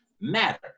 matter